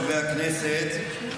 חברי הכנסת,